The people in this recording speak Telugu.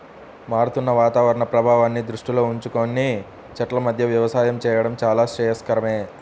మారుతున్న వాతావరణ ప్రభావాన్ని దృష్టిలో ఉంచుకొని చెట్ల మధ్య వ్యవసాయం చేయడం చాలా శ్రేయస్కరమే